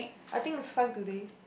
I think is fine today